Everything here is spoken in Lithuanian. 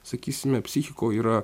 sakysime psichikoj yra